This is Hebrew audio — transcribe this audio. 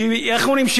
איך אומרים?